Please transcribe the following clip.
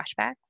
flashbacks